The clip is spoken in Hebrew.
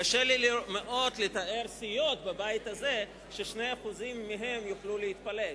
קשה לי מאוד לתאר סיעות בבית הזה ש-2% מהן יוכלו להתפלג.